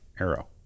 arrow